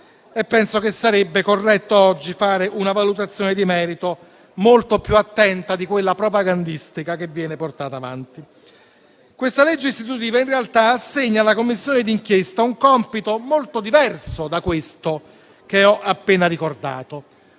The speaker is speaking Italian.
penso che oggi sarebbe corretto fare una valutazione di merito molto più attenta di quella meramente propagandistica che viene portata avanti. Questo disegno di legge istitutivo in realtà assegna alla Commissione d'inchiesta un compito molto diverso da quello che ho appena ricordato,